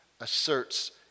asserts